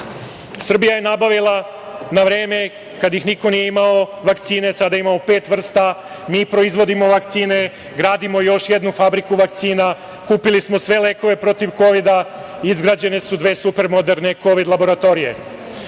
kraju. Srbija je nabavila na vreme, kada ih niko nije imao, vakcine. Sada imamo pet vrsta. Mi proizvodimo vakcine, gradimo još jednu fabriku vakcina. Kupili smo sve lekove protiv Kovida. Izgrađene su dve super moderne kovid laboratorije. Srbija